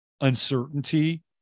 uncertainty